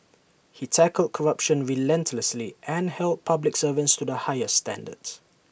he tackled corruption relentlessly and held public servants to the highest standards